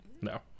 no